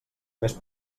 més